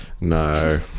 no